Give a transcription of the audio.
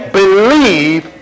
believe